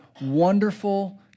Wonderful